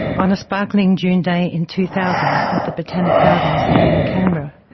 on a sparklingly june day in two thousand at the botanic gardens here in canberra.